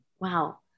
wow